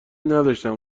نداشتم